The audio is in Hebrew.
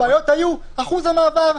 הבעיות היו של אחוז המעבר,